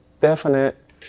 definite